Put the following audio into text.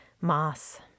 moss